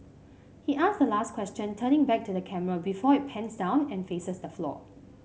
he asks the last question turning back to the camera before it pans down and faces the floor